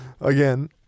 again